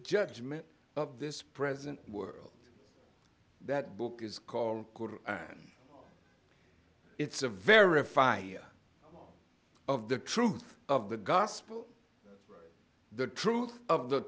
judgment of this present world that book is called on it's a verify of the truth of the gospel the truth of the